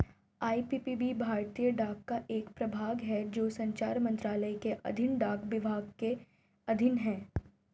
IPPB भारतीय डाक का एक प्रभाग है जो संचार मंत्रालय के अधीन डाक विभाग के अधीन है